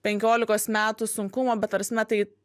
penkiolikos metų sunkumo bet ta prasme tai